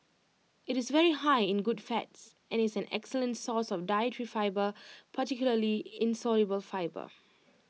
IT is very high in good fats and is an excellent source of dietary fibre particularly insoluble fibre